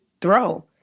throw